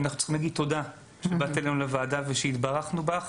אנחנו צריכים להגיד תודה שבאת אלינו לוועדה ושהתברכנו בך,